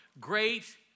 great